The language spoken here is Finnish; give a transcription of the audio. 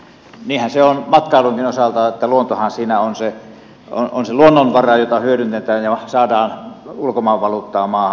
niinhän se on matkailunkin osalta että luontohan siinä on se luonnonvara jota hyödynnetään ja saadaan ulkomaanvaluuttaa maahan